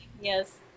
yes